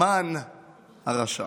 המן הרשע.